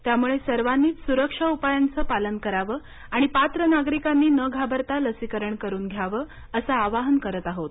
त्यामुळे सर्वांनीच सुरक्षा उपायांचं पालन करावं आणि पात्र नागरिकांनी न घाबरता लसीकरण करून घ्यावं असं आवाहन करत आहोत